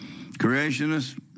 creationists